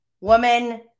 woman